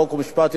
חוק ומשפט,